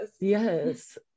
yes